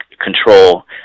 control